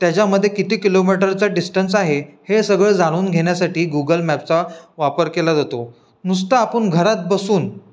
त्याच्यामध्ये किती किलोमीटरचं डिस्टन्स आहे हे सगळं जाणून घेण्यासाठी गुगल मॅपचा वापर केला जातो नुसता आपण घरात बसून